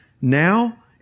now